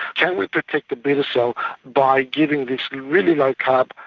can we protect the beta cell by giving this really low carb,